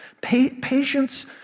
Patience